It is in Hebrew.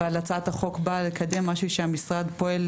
אבל הצעת החוק באה לקדם משהו שהמשרד פועל